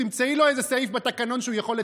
תמצאי לו איזה סעיף בתקנון שהוא יכול לצנזר אותי.